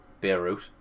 Beirut